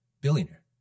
billionaire